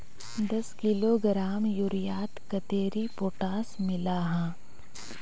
दस किलोग्राम यूरियात कतेरी पोटास मिला हाँ?